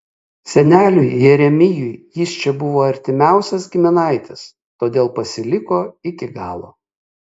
seneliui jeremijui jis čia buvo artimiausias giminaitis todėl pasiliko iki galo